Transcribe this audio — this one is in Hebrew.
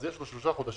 אז יש לו שלושה חודשים